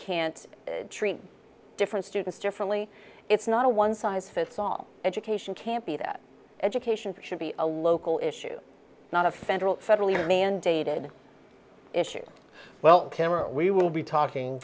can't treat different students differently it's not a one size fits all education can't be that education for should be a local issue not a federal federally mandated issue well we will be talking